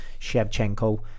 Shevchenko